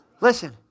Listen